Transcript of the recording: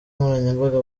nkoranyambaga